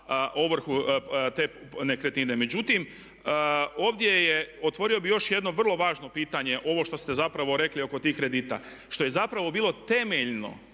ovrhu te nekretnine. Međutim, ovdje je otvorio bih još jedno vrlo važno pitanje ovo što ste zapravo rekli oko tih kredita što je zapravo bilo temeljeno,